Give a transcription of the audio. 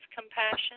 compassion